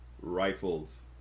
rifles